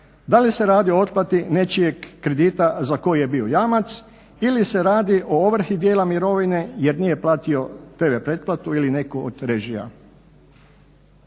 da li se radi o otplati nečijeg kredita za koji je bio jamac ili se radi o ovrsi dijela mirovine jer nije platio TV pretplatu ili neku od režija.